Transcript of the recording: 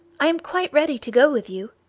i am quite ready to go with you.